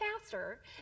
faster